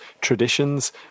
traditions